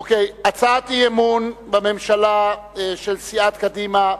אוקיי, הצעת אי-אמון בממשלה, של סיעת קדימה,